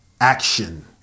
action